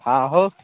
ହଁ ହଉ